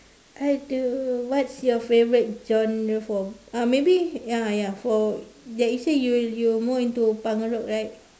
I don't what's your favourite genre for uh maybe ya ya for ya you say you you more into punk rock right